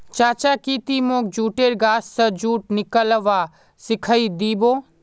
चाचा की ती मोक जुटेर गाछ स जुट निकलव्वा सिखइ दी बो